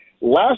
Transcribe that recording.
last